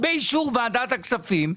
באישור ועדת הכספים,